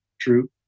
true